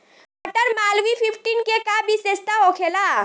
मटर मालवीय फिफ्टीन के का विशेषता होखेला?